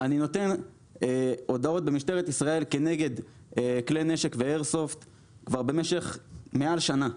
אני נותן הודעות במשטרת ישראל כנגד כלי נשק ואיירסופט כבר במשך מעל שנה.